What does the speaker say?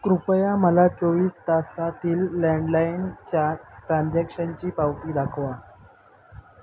कृपया मला चोवीस तासातील लँडलाइनच्या ट्रान्झॅक्शनची पावती दाखवा